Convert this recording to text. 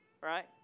right